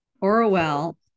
Orwell